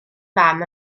fam